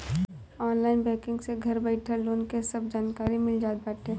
online banking से घर बइठल लोन के सब जानकारी मिल जात बाटे